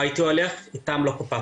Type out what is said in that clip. לאורחים שאתנו מחוברים בזום.